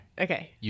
Okay